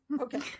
Okay